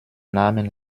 namen